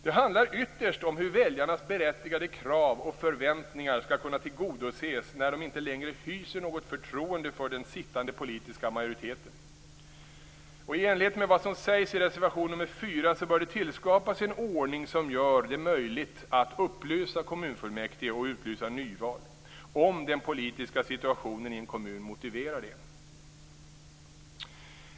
Det handlar ytterst om hur väljarnas berättigade krav och förväntningar skall kunna tillgodoses när de inte längre hyser något förtroende för den sittande politiska majoriteten I enlighet med vad som sägs i reservation nr 4 bör det tillskapas en ordning som gör det möjligt att upplösa kommunfullmäktige och utlysa nyval om den politiska situationen i en kommun motiverar det.